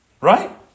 Right